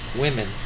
women